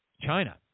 China